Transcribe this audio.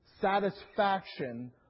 satisfaction